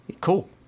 Cool